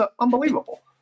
unbelievable